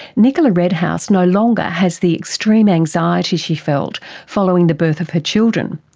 nicola redhouse no longer has the extreme anxiety she felt following the birth of her children,